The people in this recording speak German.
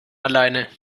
alleine